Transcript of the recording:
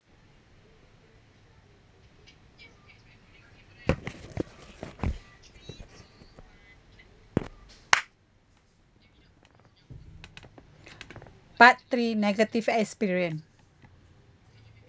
part three negative experience